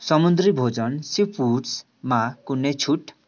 समुद्री भोजन सिफुड्समा कुनै छुट